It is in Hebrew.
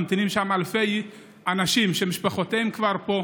ממתינים אלפי אנשים שמשפחותיהם כבר פה,